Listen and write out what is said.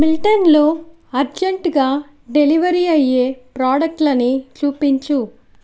మిల్టన్లో అర్జెంట్గా డెలివరీ అయ్యే ప్రాడక్టులన్నీ చూపించు